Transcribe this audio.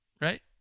Right